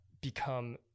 become